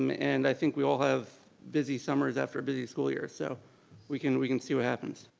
um and i think we all have busy summers after a busy school year. so we can, we can see what happens.